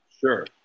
sure